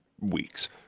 weeks